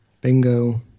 bingo